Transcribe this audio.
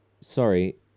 Sorry